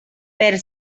per